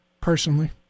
personally